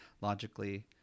logically